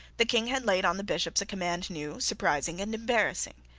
the king had laid on the bishops a command new, surprising, and embarrassing.